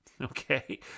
Okay